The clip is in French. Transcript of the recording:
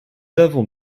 avons